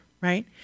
right